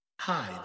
Hi